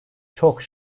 çok